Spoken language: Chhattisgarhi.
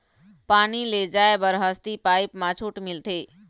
पानी ले जाय बर हसती पाइप मा छूट मिलथे?